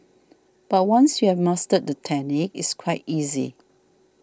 but once you have mastered the technique it's quite easy